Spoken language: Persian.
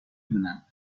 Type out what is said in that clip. دونن